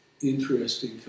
interesting